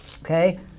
Okay